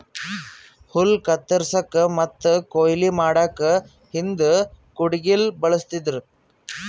ಹುಲ್ಲ್ ಕತ್ತರಸಕ್ಕ್ ಮತ್ತ್ ಕೊಯ್ಲಿ ಮಾಡಕ್ಕ್ ಹಿಂದ್ ಕುಡ್ಗಿಲ್ ಬಳಸ್ತಿದ್ರು